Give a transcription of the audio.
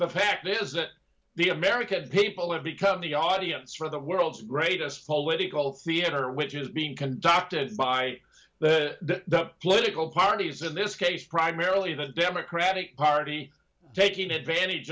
the fact is that the american people have become the audience for the world's greatest political theater which is being conducted by the political parties in this case primarily the democratic party taking advantage